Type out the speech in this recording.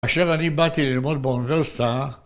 כאשר אני באתי ללמוד באוניברסיטה,